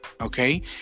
Okay